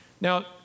Now